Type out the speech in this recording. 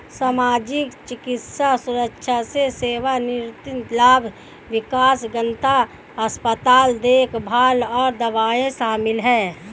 सामाजिक, चिकित्सा सुरक्षा में सेवानिवृत्ति लाभ, विकलांगता, अस्पताल देखभाल और दवाएं शामिल हैं